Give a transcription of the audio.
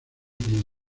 como